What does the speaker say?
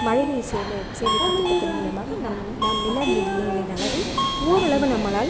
மழை நீர் சேமி சேமிப்புத் திட்டத்தின் மூலமாக நம் நாம் நில நீர் நீரின் அளவை ஓரளவு நம்மளால்